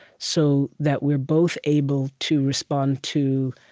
so that we're both able to respond to